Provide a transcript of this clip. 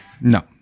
No